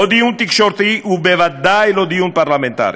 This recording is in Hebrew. לא דיון תקשורתי, ובוודאי לא דיון פרלמנטרי.